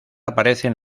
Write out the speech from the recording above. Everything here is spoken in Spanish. aparecen